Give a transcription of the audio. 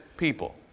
people